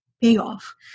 Payoff